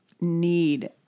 need